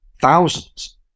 thousands